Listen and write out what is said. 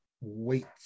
wait